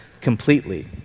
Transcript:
completely